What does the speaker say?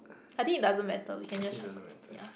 I think it doesn't matter we can just shuffle ya